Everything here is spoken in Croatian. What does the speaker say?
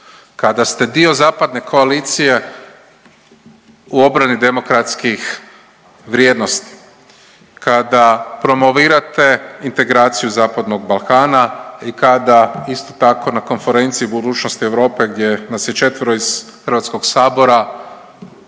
Kada ste dio zapadne koalicije u obrani demokratskih vrijednosti, kada promovirate integraciju Zapadnog Balkana i kada isto tako na konferenciji o budućnosti Europe gdje nas je 4 iz Hrvatskog sabora